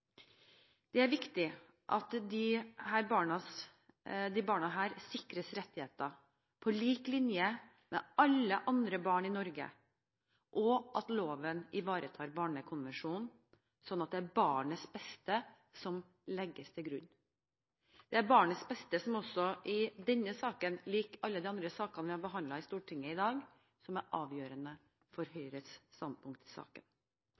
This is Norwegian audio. Det er viktig at disse barna sikres rettigheter på lik linje med alle andre barn i Norge, og at loven ivaretar Barnekonvensjonen, sånn at det er barnets beste som legges til grunn. Det er barnets beste som også i denne saken, som i alle de andre sakene vi har behandlet i Stortinget i dag, er avgjørende for Høyres standpunkt i saken.